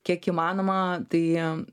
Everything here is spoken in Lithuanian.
kiek įmanoma tai